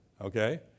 Okay